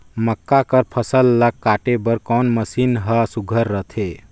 मक्का कर फसल ला काटे बर कोन मशीन ह सुघ्घर रथे?